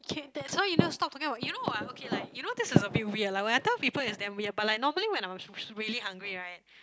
okay that's why you need to stop talking about you know ah okay like you know this is a bit weird lah when I tell people it's damn weird but like normally when I'm was really hungry right